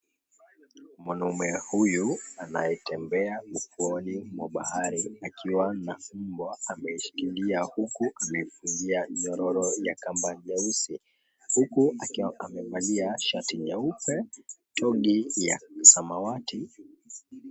Mwanaume huyu anayetembea ufuoni mwa baharini akiwa na fimbo ameishikilia huku amefungia nyororo ya rangi nyeusi huku akiwa amevalia shati nyeupe, long'i ya samawati.